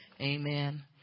Amen